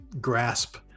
grasp